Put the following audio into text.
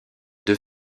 deux